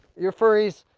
you're furries.